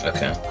Okay